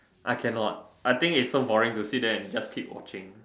I cannot I think it's so boring to sit there and just keep watching